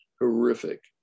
horrific